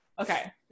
Okay